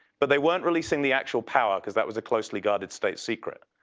but they weren't releasing the actual power because that was a closely guarded state secret.